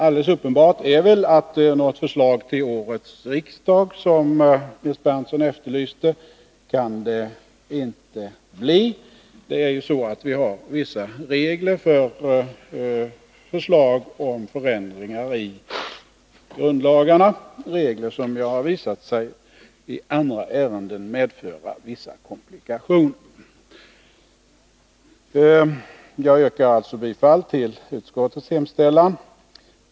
Alldeles uppenbart är väl att något förslag till årets riksdag, som Nils Berndtson efterlyste, inte kan komma i fråga. Vi har ju vissa regler för förslag om förändringar i grundlagarna, regler som visat sig i andra ärenden medföra vissa komplikationer. Jag yrkar alltså bifall till utskottets hemställan.